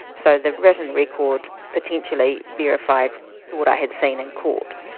so the written record potentially verified what i had seen in court,